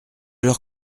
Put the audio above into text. leur